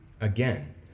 Again